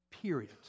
period